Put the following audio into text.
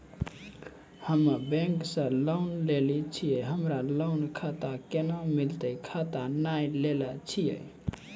हम्मे बैंक से लोन लेली छियै हमरा लोन खाता कैना मिलतै खाता नैय लैलै छियै?